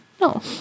No